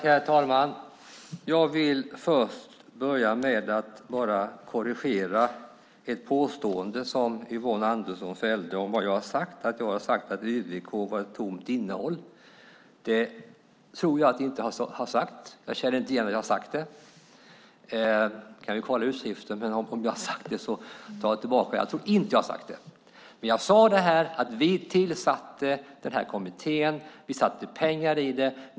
Herr talman! Jag ska först korrigera ett påstående som Yvonne Andersson fällde om vad jag sagt, nämligen att jag har sagt att UVK är ett tomt innehåll. Det tror jag inte att jag har sagt. Jag känner inte igen att jag har sagt det. Vi kan ju kolla utskriften. Om jag har sagt det tar jag tillbaka det. Men jag sade att vi tillsatte denna kommitté. Vi anslog pengar till det.